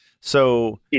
So-